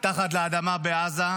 מתחת לאדמה בעזה,